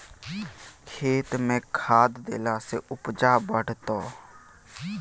खेतमे खाद देलासँ उपजा बढ़तौ